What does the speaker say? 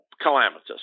calamitous